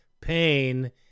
pain